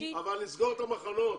אבל נסגור את המחנות.